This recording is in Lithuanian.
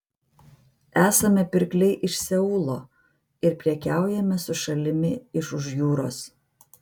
esame pirkliai iš seulo ir prekiaujame su šalimi iš už jūros